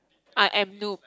I am noob